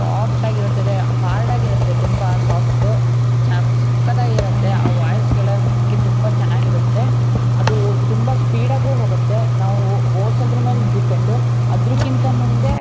ಸಾಫ್ಟಾಗಿರುತ್ತದೆ ಹಾರ್ಡಾಗಿರುತ್ತೆ ತುಂಬ ಸಾಫ್ಟು ಸಖತ್ತಾಗಿರುತ್ತೆ ಆ ವಾಯ್ಸ್ ಕೇಳೋಕ್ಕೆ ತುಂಬ ಚೆನ್ನಾಗಿರುತ್ತೆ ಅದು ತುಂಬ ಸ್ಪೀಡಾಗೂ ಹೋಗುತ್ತೆ ನಾವು ಓಡ್ಸೋದ್ರ ಮೇಲೆ ಡಿಪೆಂಡು ಅದ್ರಕ್ಕಿಂತ ಮುಂದೆ